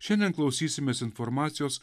šiandien klausysimės informacijos